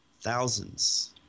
Thousands